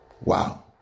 Wow